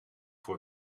voor